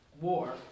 war